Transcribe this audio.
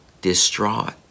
distraught